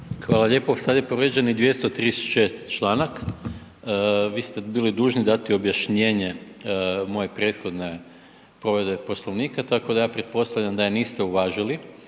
Hvala lijepo. Sad je povrijeđen i 236.članak, vi ste bili dužni dati objašnjenje moje prethodne povrede Poslovnika tako da ja pretpostavljam da je niste uvažili